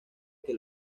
que